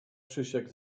krzysiek